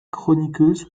chroniqueuse